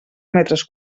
metres